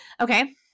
Okay